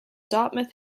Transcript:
dartmouth